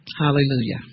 Hallelujah